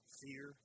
fear